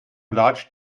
large